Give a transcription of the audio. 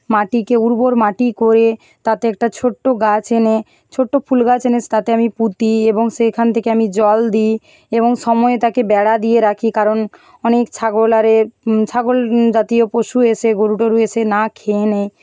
মাটিকে উর্বর মাটি করে তাতে একটা ছোট্টো গাছ এনে ছোট্টো ফুলগাছ এনে তাতে আমি পুঁতি এবং সেইখান থেকে আমি জল দিই এবং সময়ে তাকে বেড়া দিয়ে রাখি কারণ অনেক ছাগল আরে ছাগল জাতীয় পশু এসে গরু টরু এসে না খেয়ে নেয়